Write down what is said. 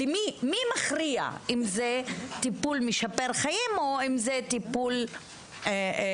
מי מכריע אם זה טיפול משפר חיים או אם זה טיפול חיוני?